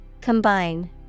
combine